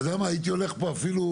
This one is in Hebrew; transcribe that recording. אתה יכול תוספת, לא כוללני.